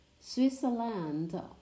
Switzerland